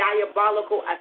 diabolical